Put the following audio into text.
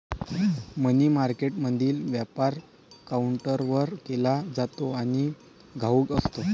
मनी मार्केटमधील व्यापार काउंटरवर केला जातो आणि घाऊक असतो